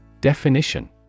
definition